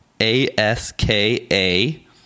A-S-K-A